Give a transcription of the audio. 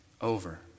over